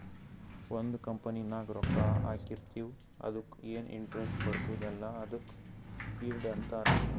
ಒಂದ್ ಕಂಪನಿದಾಗ್ ರೊಕ್ಕಾ ಹಾಕಿರ್ತಿವ್ ಅದುಕ್ಕ ಎನ್ ಇಂಟ್ರೆಸ್ಟ್ ಬರ್ತುದ್ ಅಲ್ಲಾ ಅದುಕ್ ಈಲ್ಡ್ ಅಂತಾರ್